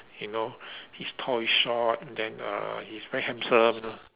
you know he's tall he's short and then uh he's very handsome